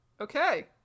Okay